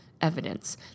Evidence